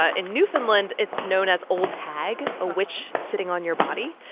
ah in newfoundland, it's known as old hag, a witch sitting on your body.